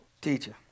Teacher